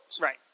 Right